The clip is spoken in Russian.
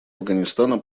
афганистана